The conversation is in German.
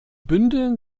bündeln